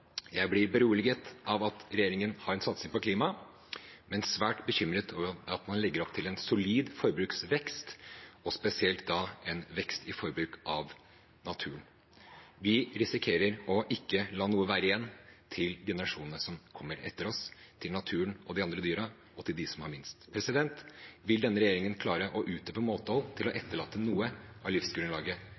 Jeg blir beroliget av at regjeringen har en satsing på klima, men svært bekymret over at man legger opp til en solid forbruksvekst – spesielt en vekst i forbruk av naturen. Vi risikerer å ikke la noe være igjen til generasjonene som kommer etter oss, til naturen og de andre dyrene og til de som har minst. Vil denne regjeringen klare å utøve nok måtehold til å etterlate noe av livsgrunnlaget